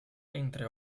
entre